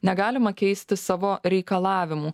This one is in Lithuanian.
negalima keisti savo reikalavimų